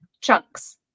chunks